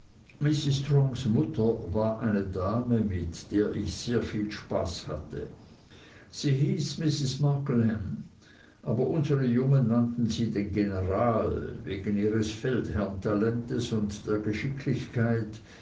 mutter war eine dame mit der ich sehr viel spaß hatte sie hieß mrs markleham aber unsere jungen nannten sie den general wegen ihres feldherrntalents und der geschicklichkeit